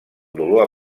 dolor